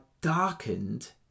darkened